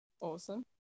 awesome